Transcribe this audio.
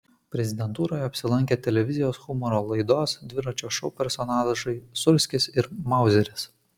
prezidentūroje apsilankė televizijos humoro laidos dviračio šou personažai sūrskis ir mauzeris